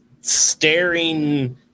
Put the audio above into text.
staring